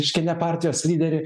iškelia partijos lyderį